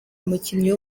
umukinnyi